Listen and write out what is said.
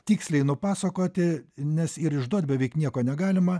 tiksliai nupasakoti nes ir išduot beveik nieko negalima